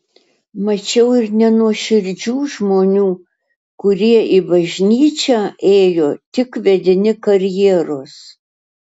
mačiau ir nenuoširdžių žmonių kurie į bažnyčią ėjo tik vedini karjeros